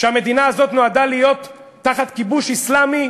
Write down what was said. שהמדינה הזאת נועדה להיות תחת כיבוש אסלאמי,